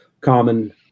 common